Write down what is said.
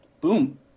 boom